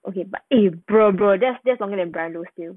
okay but you bro bro that's that's longer than bryan low still